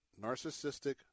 narcissistic